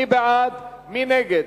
מי בעד, מי נגד?